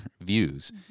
views